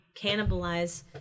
cannibalize